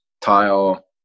tile